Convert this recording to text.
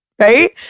right